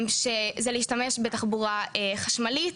זה להשתמש בתחבורה חשמלית,